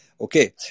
Okay